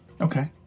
Okay